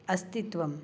अस्तित्वम्